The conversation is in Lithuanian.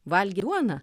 valg duoną